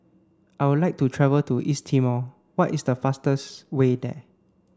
I would like to travel to East Timor what is the fastest way there